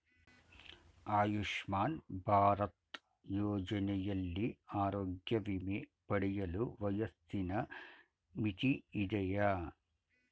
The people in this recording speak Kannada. ಆಯುಷ್ಮಾನ್ ಭಾರತ್ ಯೋಜನೆಯಲ್ಲಿ ಆರೋಗ್ಯ ವಿಮೆ ಪಡೆಯಲು ವಯಸ್ಸಿನ ಮಿತಿ ಇದೆಯಾ?